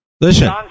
Listen